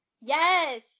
Yes